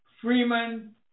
Freeman